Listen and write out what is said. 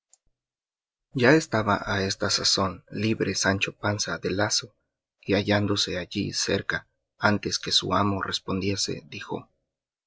ya estaba a esta sazón libre sancho panza del lazo y hallándose allí cerca antes que su amo respondiese dijo